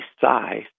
size